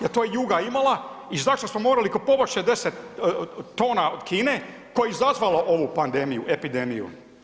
Je li to "Juga" imala i zašto smo morali kupovati 60 tona od Kine koja je izazvala ovu pandemiju, epidemiju?